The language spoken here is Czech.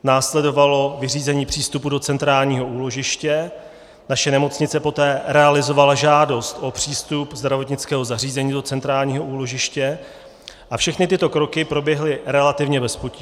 Následovalo vyřízení přístupu do centrálního úložiště, naše nemocnice poté realizovala žádost o přístup zdravotnického zařízení do centrálního úložiště a všechny tyto kroky proběhly relativně bez potíží.